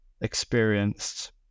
experienced